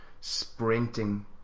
sprinting